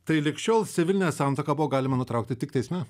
tai lig šiol civilinę santuoką buvo galima nutraukti tik teisme